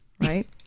right